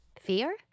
Fear